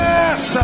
Yes